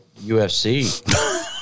UFC